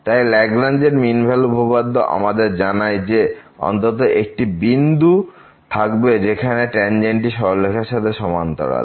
তাই Lagrange mean value উপপাদ্য আমাদের জানায় যে অন্তত একটি বিন্দু থাকবে যেখানে ট্যানজেন্টটি সরলরেখাটির সাথে সমান্তরাল